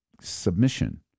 submission